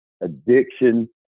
addiction